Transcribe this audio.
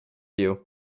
you